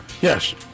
Yes